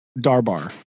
Darbar